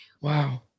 Wow